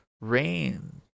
rain